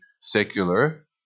secular